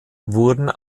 wurden